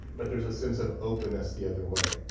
but there's a sense of openness the other way.